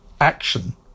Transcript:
action